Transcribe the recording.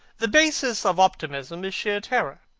the basis of optimism is sheer terror.